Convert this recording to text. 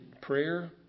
prayer